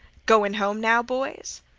goin' home now, boys?